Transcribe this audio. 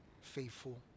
faithful